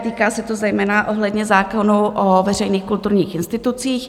Týká se to zejména ohledně zákonů o veřejných kulturních institucích.